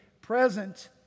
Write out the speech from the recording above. present